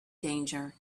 danger